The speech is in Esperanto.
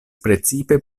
precipe